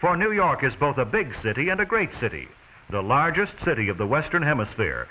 for new york is both a big city and a great city the largest city of the western hemisphere